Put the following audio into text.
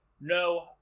No